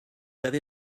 avez